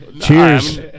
cheers